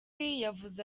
yavuze